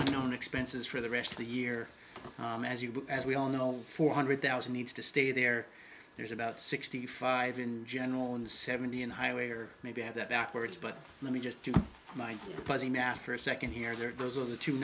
at known expenses for the rest of the year as you as we all know four hundred thousand needs to stay there there's about sixty five in general in the seventy and highway or maybe i have that backwards but let me just do my proposing math for a second here they are those are the two